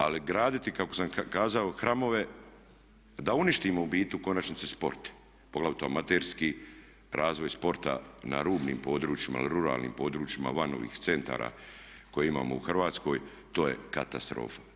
Ali graditi kako sam kazao hramove da uništimo u biti u konačnici sport, poglavito amaterski, razvoj sporta na rubnim područjima ili ruralnim područjima van ovih centara koje imamo u Hrvatskoj to je katastrofa.